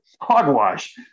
Hogwash